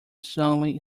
suddenly